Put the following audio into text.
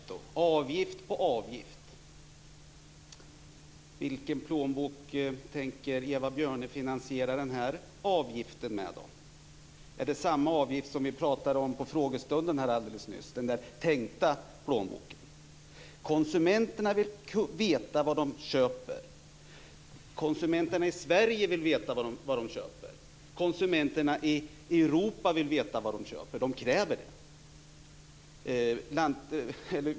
Herr talman! Skatt på skatt och avgift på avgift! Ur vilken plånbok tänker då Eva Björne finansiera den här avgiften? Är det samma avgift som vi talade om alldeles nyss på frågestunden, ur den "tänkta plånboken"? Konsumenterna i Sverige vill veta vad de köper. Också konsumenterna i Europa vill veta vad de köper - de kräver det.